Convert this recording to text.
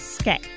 Okay